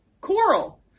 Coral